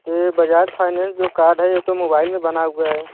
तो ये बजाज फाइनेंस जो कार्ड है ये तो मोबाइल मे बना हुआ है